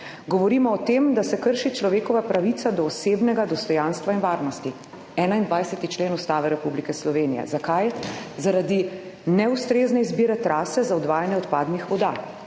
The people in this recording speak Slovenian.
govorimo o tem, da se krši človekova pravica do osebnega dostojanstva in varnosti, 21. člen Ustave Republike Slovenije. Zakaj? Zaradi neustrezne izbire trase za odvajanje odpadnih voda.